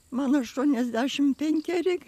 man aštuoniasdešimt penkeri